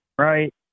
right